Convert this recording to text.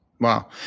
Wow